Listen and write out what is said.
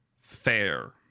Fair